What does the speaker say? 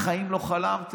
בחיים לא חלמתם.